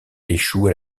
échoue